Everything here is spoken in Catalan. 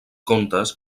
contes